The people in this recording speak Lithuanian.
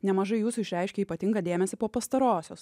nemažai jūsų išreiškė ypatingą dėmesį po pastarosios